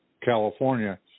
California